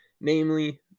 namely